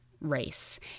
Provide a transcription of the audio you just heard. race